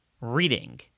reading